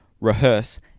rehearse